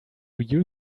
you